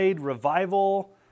revival